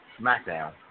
SmackDown